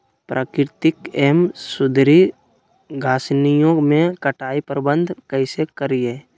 प्राकृतिक एवं सुधरी घासनियों में कटाई प्रबन्ध कैसे करीये?